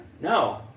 No